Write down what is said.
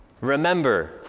Remember